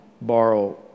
borrow